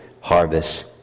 harvest